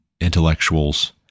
intellectuals